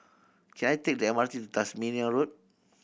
can I take the M R T to Tasmania Road